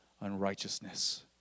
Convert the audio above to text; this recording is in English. unrighteousness